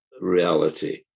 reality